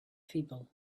people